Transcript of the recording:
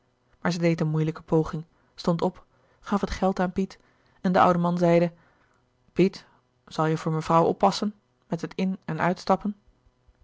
zij deed een moeilijke poging stond op gaf het geld aan piet en de oude man zeide piet zal je voor mevrouw oppassen met het in en uitstappen